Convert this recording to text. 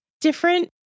different